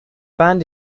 band